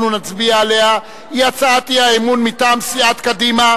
נצביע עליה היא הצעת האי-אמון מטעם סיעת קדימה,